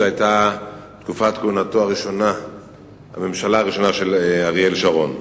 זאת היתה תקופת כהונתה של הממשלה הראשונה של אריאל שרון.